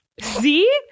see